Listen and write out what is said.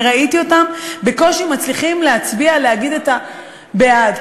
ראיתי אותם בקושי מצליחים להצביע ולהגיד את ה"בעד",